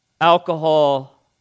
alcohol